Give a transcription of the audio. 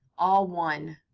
all one.